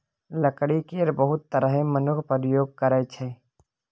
लकड़ी केर बहुत तरहें मनुख प्रयोग करै छै